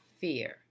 fear